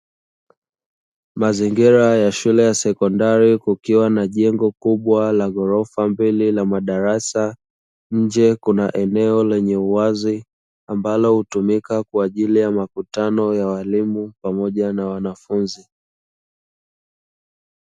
Mazingira ya shule ya sekondari kukiwa na jengo kubwa la ghorofa mbili la madarasa, nje kuna eneo lenye uwazi ambalo hutumika kwa ajili ya makutano ya walimu pamoja na wanafunzi.